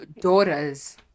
daughters